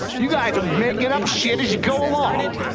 you guys are making up shit as you go along.